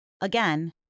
Again